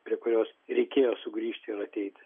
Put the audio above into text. prie kurios reikėjo sugrįžti ir ateiti